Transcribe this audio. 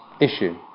issue